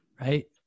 right